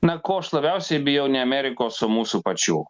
na ko aš labiausiai bijau ne amerikos o mūsų pačių